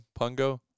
Pungo